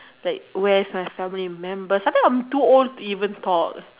like where is my stubbornly remember starting I'm too old to even talk